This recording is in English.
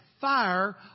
fire